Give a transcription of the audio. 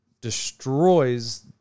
destroys